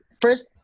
First